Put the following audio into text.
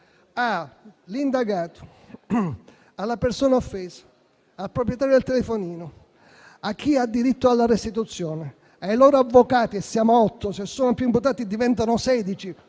all'indagato, alla persona offesa, al proprietario del telefonino, a chi ha diritto alla restituzione e - siamo a otto, se sono più imputati diventano sedici